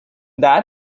that